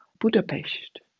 Budapest